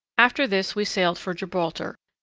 after this we sailed for gibraltar,